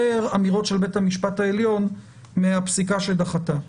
אמירות של בית המשפטי העליון מהפסיקה שדחתה.